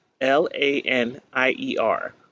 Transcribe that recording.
L-A-N-I-E-R